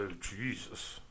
Jesus